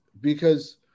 Because-